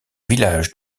village